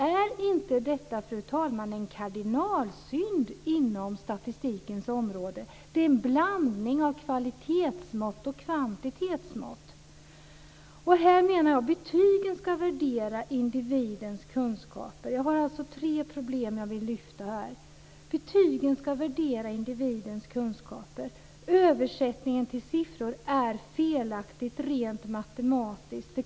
Är inte detta, fru talman, ett kardinalfel inom statistikens område? Det är en blandning av kvalitetsmått och kvantitetsmått. Jag har alltså tre problem som jag vill lyfta. Betygen ska värdera individens kunskaper. Översättningen till siffror är felaktig rent matematiskt.